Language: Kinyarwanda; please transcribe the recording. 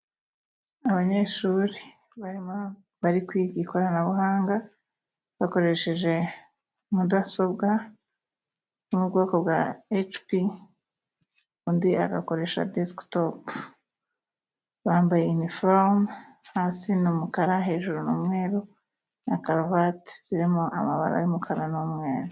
Abanyeshuri barimo bari kwiga ikoranabuhanga bakoresheje mudasobwa zo mu bwoko bwa Hp, undi agakoresha desikitopo. Bambaye iniforume. Hasi ni umukara, hejuru ni umweru na karuvati zirimo amabara y'umukara n'umweru.